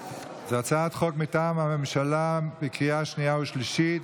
זאת הצעת חוק מטעם הממשלה בקריאה שנייה ושלישית.